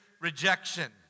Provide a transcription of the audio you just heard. rejection